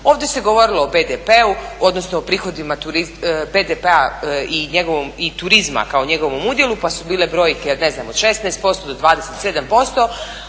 Ovdje se govorilo o BDP-u, odnosno o prihodima BDP-a i turizma kao njegovom udjelu pa su bile brojke od 16% do 27%,